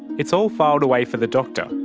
it's all filed away for the doctor,